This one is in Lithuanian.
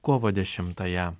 kovo dešimtąją